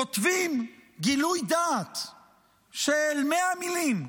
כותבים גילוי דעת של 100 מילים.